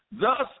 Thus